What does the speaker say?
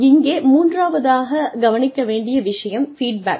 இங்கே மூன்றாவதாக கவனிக்க வேண்டிய விஷயம் ஃபீட் பேக்